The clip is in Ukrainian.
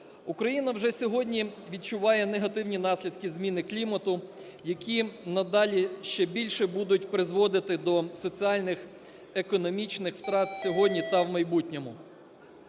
Україна вже сьогодні відчуває негативні наслідки зміни клімату, які надалі ще більше будуть призводити до соціальних, економічних втрат сьогодні та в майбутньому.